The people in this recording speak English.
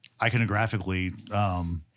iconographically